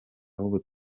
aho